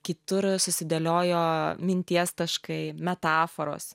kitur susidėliojo minties taškai metaforos